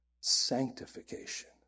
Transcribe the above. Sanctification